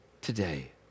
today